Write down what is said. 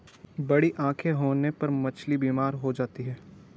बड़ी आंखें होने पर मछली बीमार हो सकती है